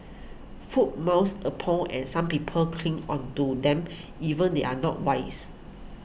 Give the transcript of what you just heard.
food myths upon and some people cling onto them even they are not wise